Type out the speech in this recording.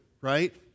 right